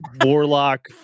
Warlock